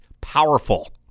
powerful